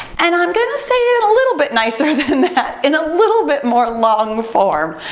and i'm gonna say it it a little bit nicer than that in a little bit more long form.